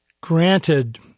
granted